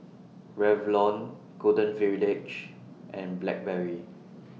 Revlon Golden Village and Blackberry